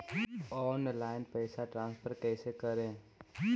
Online पैसा transfer कैसे करे?